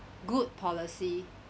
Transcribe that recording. good policy